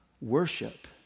worship